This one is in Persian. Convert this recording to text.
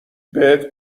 بهت